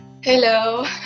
Hello